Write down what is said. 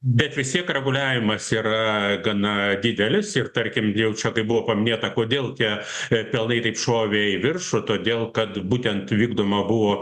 bet vis tiek reguliavimas yra gana didelis ir tarkim jau čia kaip buvo paminėta kodėl tie pelnai taip šovė į viršų todėl kad būtent vykdoma buvo